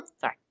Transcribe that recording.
sorry